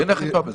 אין אכיפה בזה.